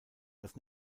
das